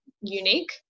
unique